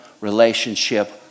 relationship